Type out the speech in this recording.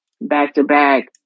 back-to-back